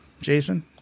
Jason